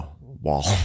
wall